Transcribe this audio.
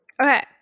Okay